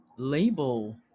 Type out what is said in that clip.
label